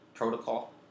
protocol